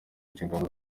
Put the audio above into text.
inshingano